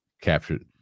captured